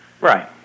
Right